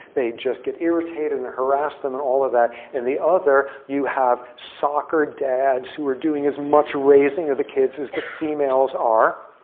they just get irritated and harass them and all of that. in the other, you have soccer dads who are doing as much raising of the kids as the females are.